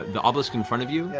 ah the obelisk in front of you?